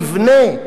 נבנה,